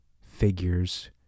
figures